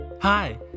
Hi